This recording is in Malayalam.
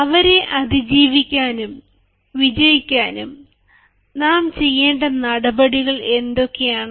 അവയെ അതിജീവിക്കാനും വിജയിക്കാനും നാം ചെയ്യേണ്ട നടപടികൾ എന്തൊക്കെയാണ്